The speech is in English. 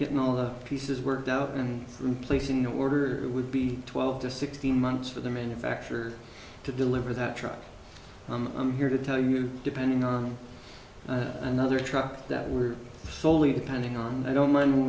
getting all the pieces worked out and from placing the order it would be twelve to sixteen months for the manufacture to deliver that truck i'm here to tell you depending on another truck that we're slowly depending on i don't mind w